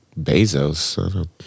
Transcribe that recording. Bezos